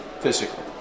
Physically